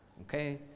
Okay